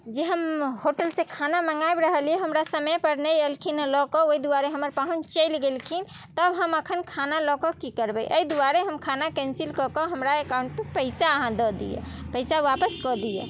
जी हम होटल से खाना मंगायब रहलियै हमरा समय पर नहि एलखिन हँ लऽ कऽ ओहि दुआरे हमर पाहुन चलि गेलखिन तब हम अखन खाना लऽ कऽ की करबै एहि दुआरे हम खाना कैंसिल कऽ कऽ हमरा एकाउंटमे पैसा अहाँ दऽ दिअ पैसा वापस कऽ दिअ